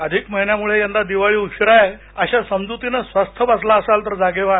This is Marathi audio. अधिक महिन्यामुळे यंदा दिवाळी उशीरा आहे अशा समजुतीनं स्वस्थ बसला असाल तर जागे व्हा